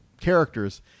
characters